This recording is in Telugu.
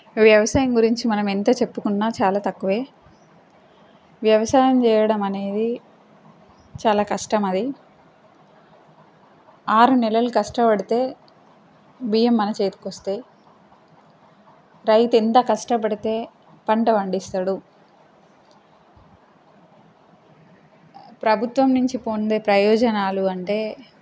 వ్యవసాయం గురించి మనం ఎంత చెప్పుకున్నా చాలా తక్కువే వ్యవసాయం చేయడం అనేది చాలా కష్టం అది ఆరు నెలలు కష్టపడితే బియ్యం మన చేతికి వస్తాయి రైతు ఎంత కష్టపడితే పంట పండిస్తాడు ప్రభుత్వం నుంచి పొందే ప్రయోజనాలు అంటే